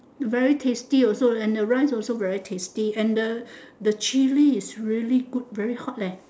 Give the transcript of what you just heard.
very tasty also and the rice also very tasty and the the chili is very good very hot leh